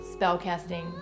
spellcasting